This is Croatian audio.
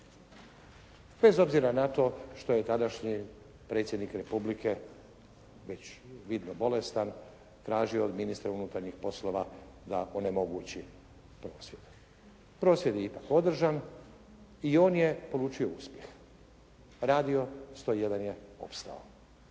bez obzira na to što je tadašnji predsjednik Republike već vidno bolestan tražio od ministra unutarnjih poslova da onemogući prosvjed. Prosvjed je ipak održan i on je polučio uspjeh, Radio 101 je ostao.